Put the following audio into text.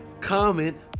Comment